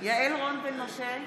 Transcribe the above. יעל רון בן משה,